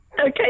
Okay